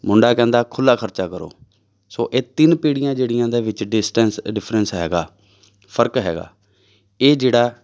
ਮੁੰਡਾ ਕਹਿੰਦਾ ਖੁੱਲ੍ਹਾ ਖਰਚਾ ਕਰੋ ਸੋ ਇਹ ਤਿੰਨ ਪੀੜ੍ਹੀਆਂ ਜਿਹੜੀਆਂ ਦਾ ਵਿੱਚ ਡਿਸਟੈਂਸ ਡਿਫਰੈਂਸ ਹੈਗਾ ਫ਼ਰਕ ਹੈਗਾ ਇਹ ਜਿਹੜਾ